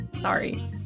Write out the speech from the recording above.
Sorry